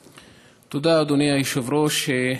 תודה, אדוני היושב-ראש.